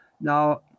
Now